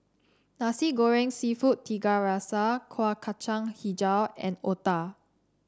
Nasi Goreng seafood Tiga Rasa Kueh Kacang hijau and Otah